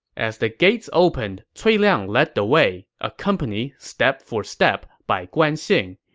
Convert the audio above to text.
as the gates opened, cui liang led the way, accompanied step for step by guan xing,